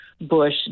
Bush